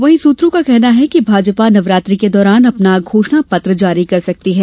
वहीं सूत्रों को कहना है कि भाजपा नवरात्रि के दौरान अपना घोषणा पत्र जारी कर सकती है